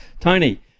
Tony